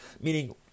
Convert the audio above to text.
Meaning